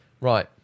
Right